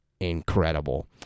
incredible